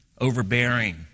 overbearing